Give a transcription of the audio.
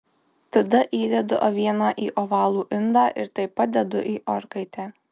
tada įdedu avieną į ovalų indą ir taip pat dedu į orkaitę